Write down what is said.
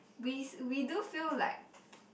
we we do feel like